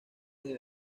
desde